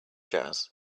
jazz